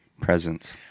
presence